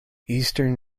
eastern